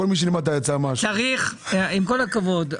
כל הכבוד,